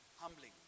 humbling